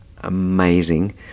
amazing